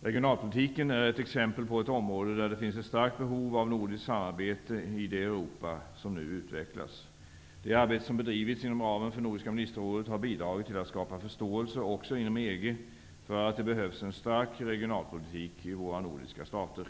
Regionalpolitiken är ett exempel på ett område där det finns ett starkt behov av nordiskt samarbete i det Europa som nu utvecklas. Det arbete som har bedrivits inom ramen för Nordiska ministerrådet har bidragit till att skapa förståelse också inom EG för att det behövs en stark regionalpolitik i våra nordiska stater.